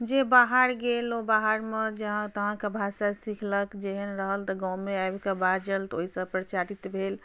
जे बाहर गेल ओ बाहरमे जहाँ तहाँके भाषा सिखलक जेहन रहल तऽ गाँवमे आबि कऽ बाजल तऽ ओइसँ प्रचारित भेल